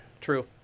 True